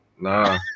Nah